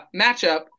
matchup